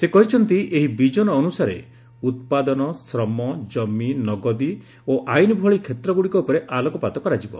ସେ କହିଛନ୍ତି ଏହି ବିଜନ ଅନୁସାରେ ଉତ୍ପାଦନ ଶ୍ରମ ଜମି ନଗଦି ଓ ଆଇନ୍ ଭଳି କ୍ଷେତ୍ରଗୁଡ଼ିକ ଉପରେ ଆଲୋକପାତ କରାଯିବ